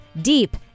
Deep